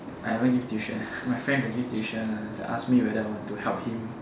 I never give tuition my friend got give tuition ask me whether I want to help him